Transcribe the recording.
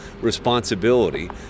responsibility